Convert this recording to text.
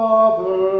Father